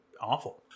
awful